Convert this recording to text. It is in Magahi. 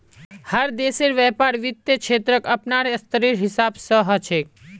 हर देशेर व्यापार वित्त क्षेत्रक अपनार स्तरेर हिसाब स ह छेक